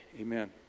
amen